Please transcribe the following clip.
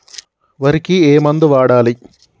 వరికి ఏ మందు వాడాలి?